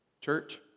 Church